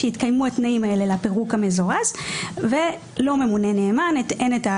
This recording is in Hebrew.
שהתקיימו התנאים האלה לפירוק המזורז ולא ממונה נאמן,